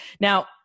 Now